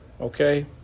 Okay